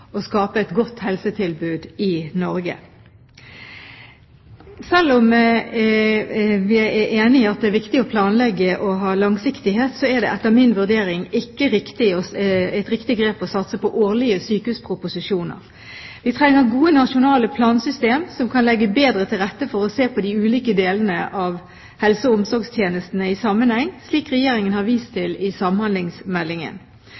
å skape et godt helsetilbud i Norge. Selv om jeg er enig i at det er viktig å planlegge og ha langsiktighet, er det etter min vurdering ikke et riktig grep å satse på årlige sykehusproposisjoner. Vi trenger gode nasjonale plansystemer som kan legge bedre til rette for å se på de ulike delene av helse- og omsorgstjenestene i sammenheng, slik Regjeringen har vist